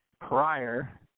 prior